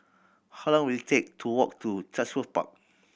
how long will it take to walk to Chatsworth Park